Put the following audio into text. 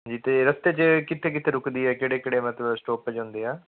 ਜੀ ਅਤੇ ਰਸਤੇ 'ਚ ਕਿੱਥੇ ਕਿੱਥੇ ਰੁੱਕਦੀ ਹੈ ਕਿਹੜੇ ਕਿਹੜੇ ਮਤਲਬ ਸਟੋਪੇਜ ਹੁੰਦੇ ਆ